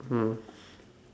mm